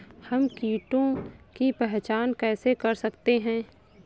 हम कीटों की पहचान कैसे कर सकते हैं?